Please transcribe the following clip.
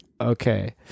Okay